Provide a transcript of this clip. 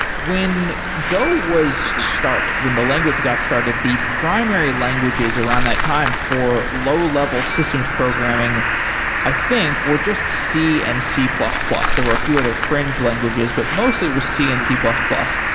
when go was started, when the language got started, the primary languages around that time for low-level systems programming i think were just c and c plus plus. there were a few other fringe languages, but mostly it was c and c plus.